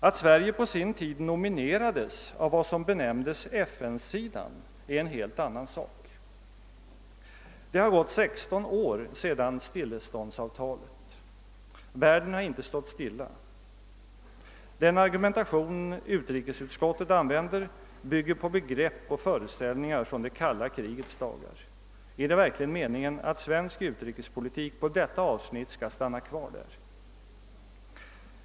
Att Sverige på sin tid nominerades av vad som benämndes FN-sidan är en helt annan sak. Det har gått 16 år sedan stilleståndsavtalet. Världen har inte stått stilla. Den argumentation utrikesutskottet använder bygger på begrepp och föreställningar från det kalla krigets dagar. är det verkligen meningen att svensk utrikespolitik på detta avsnitt skall stanna där?